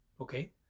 Okay